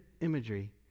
imagery